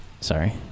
sorry